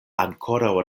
ankoraŭ